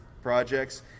projects